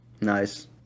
nice